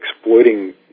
exploiting